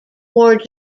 war